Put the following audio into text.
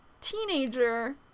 teenager